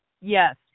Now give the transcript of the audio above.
yes